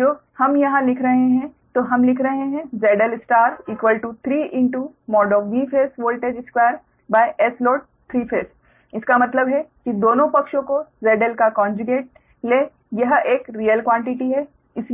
जो हम यहां लिख रहे हैं तो हम लिख रहे हैं ZL3Vphase voltage2Sload3ϕ इसका मतलब है कि दोनों पक्षों के ZL का कोंजुगेट ले यह एक रियल क्वान्टिटी है